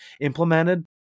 implemented